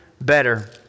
better